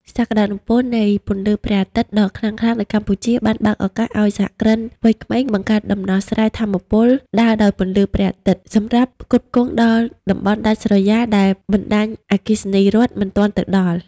សក្ដានុពលនៃពន្លឺព្រះអាទិត្យដ៏ខ្លាំងក្លានៅកម្ពុជា បានបើកឱកាសឱ្យសហគ្រិនវ័យក្មេងបង្កើតដំណោះស្រាយថាមពលដើរដោយពន្លឺព្រះអាទិត្យ សម្រាប់ផ្គត់ផ្គង់ដល់តំបន់ដាច់ស្រយាលដែលបណ្ដាញអគ្គិសនីរដ្ឋមិនទាន់ទៅដល់។